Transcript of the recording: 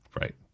right